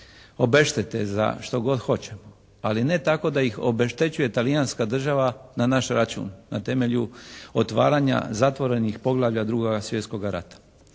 obeštete za što god hoćemo ali ne tako da ih obeštećuje talijanska država na naš račun, na temelju otvaranja zatvorenih poglavlja II. Svjetskoga rata.